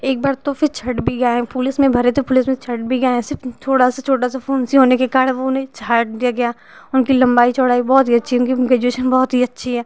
एक बार तो फिर छठ भी गए हैं पुलिस में भरे थे पुलिस में छठ भी गए हैं सिर्फ थोड़ा सा छोटा सा फुंसी होने के कारण उन्हे छाँट दिया गया उनकी लम्बाई चौड़ाई बहुत ही अच्छी उनकी ग्रेजुएशन बहुत ही अच्छी है